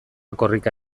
korrika